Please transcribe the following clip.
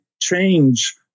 change